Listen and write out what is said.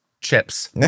Chips